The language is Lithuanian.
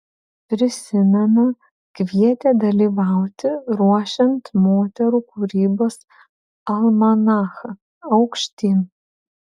prisimena kvietė dalyvauti ruošiant moterų kūrybos almanachą aukštyn